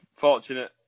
fortunate